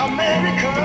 America